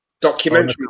documentary